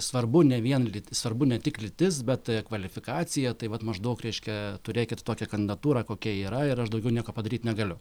svarbu ne vien lyti svarbu ne tik lytis bet kvalifikacija tai vat maždaug reiškia turėkit tokią kandidatūrą kokia yra ir aš daugiau nieko padaryt negaliu